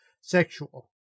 sexual